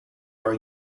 are